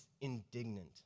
indignant